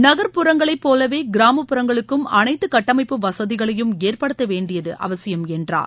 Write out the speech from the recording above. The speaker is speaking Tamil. நகர்ப்புறங்களைப் போலவே கிராமப்புறங்களுக்கும் அளைத்து கட்டமைப்பு வசதிகளையும் ஏற்படுத்த வேண்டியது அவசியம் என்றார்